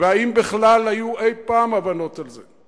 ואם בכלל היו אי-פעם הבנות על זה.